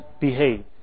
behave